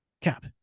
Cap